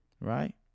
right